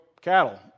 cattle